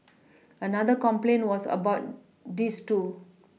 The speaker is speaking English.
another complaint was about this too